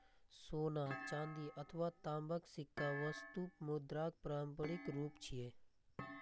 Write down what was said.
सोना, चांदी अथवा तांबाक सिक्का वस्तु मुद्राक पारंपरिक रूप छियै